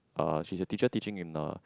uh she's a teacher teaching in a